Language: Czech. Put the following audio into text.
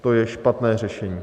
To je špatné řešení.